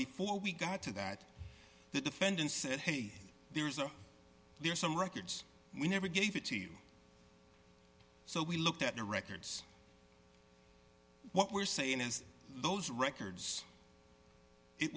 before we got to that the defendant said hey there's a there's some records we never gave it to you so we looked at the records what we're saying is those records it